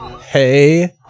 Hey